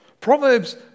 Proverbs